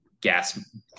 gas